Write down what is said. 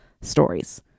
stories